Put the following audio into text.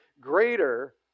greater